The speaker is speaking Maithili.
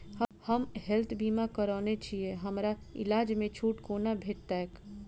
हम हेल्थ बीमा करौने छीयै हमरा इलाज मे छुट कोना भेटतैक?